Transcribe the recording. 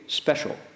special